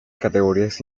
categorías